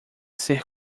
ser